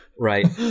Right